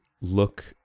look